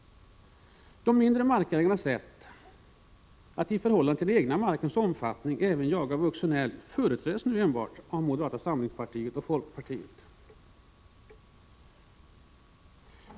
De mindre markägarnas rätt att i förhållande till den egna markens omfattning jaga även vuxen älg företräds nu enbart av moderata samlingspartiet och folkpartiet.